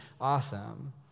awesome